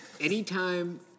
Anytime